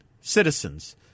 citizens